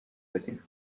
بدیم